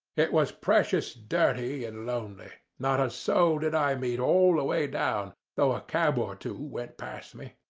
it was precious dirty and lonely. not a soul did i meet all the way down, though a cab or two went past me.